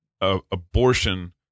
abortion